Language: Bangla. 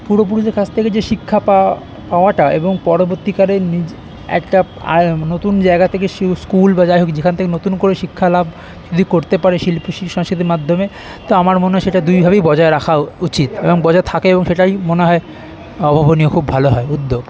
পূর্বপুরুষদের কাছ থেকে যে শিক্ষা পাও পাওয়াটা এবং পরবর্তীকালে নিজে একটা আর নতুন জায়গা থেকে স্কুল বা যাইহোক যেখান থেকে নতুন করে শিক্ষা লাভ যদি করতে পারে শিল্পী সংস্কৃতির মাধ্যমে তো আমার মনে হয় সেটা দুইভাবেই বজায় রাখা উ উচিত এবং বজায় থাকেও এবং সেটাই মনে হয় অভাবনীয় খুব ভালো হয় উদ্যোগ